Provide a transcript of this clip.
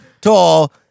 tall